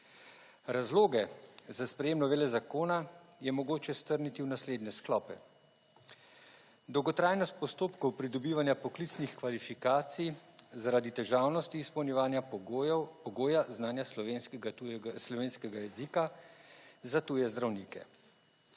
Razloge za sprejem novele zakona je mogoče strniti v naslednje sklope. Dolgotrajnost postopkov pridobivanja poklicnih kvalifikacij zaradi težavnosti izpolnjevanja pogoja znanja slovenskega jezika za tuje zdravnike.